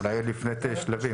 אולי עוד לפני שלבים,